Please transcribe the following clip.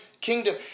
kingdom